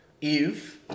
Eve